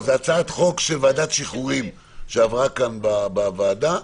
זו הצעת חוק של ועדת שחרורים שעברה פה, בוועדה.